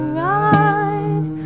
ride